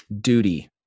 duty